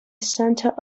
center